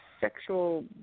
sexual